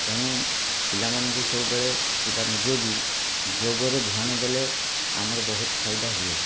ତେଣୁ ପିଲାମାନଙ୍କୁ ସବୁବେଳେ କିବା ନିଜେ ବି ଯୋଗରେ ଧ୍ୟାନ ଦେଲେ ଆମର ବହୁତ ଫାଇଦା ହୁଏ